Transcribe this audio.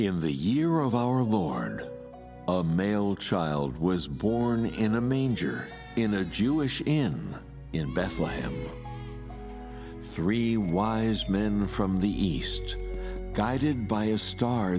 in the year of our lord male child was born in a manger in a jewish in in bethlehem three wise men from the east guided by a star